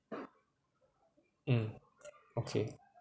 mm okay